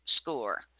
score